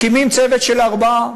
מקימים צוות של ארבעה.